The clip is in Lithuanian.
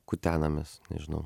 kutenamės nežinau